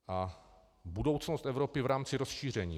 A budoucnost Evropy v rámci rozšíření.